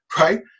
right